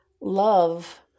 love